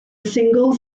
single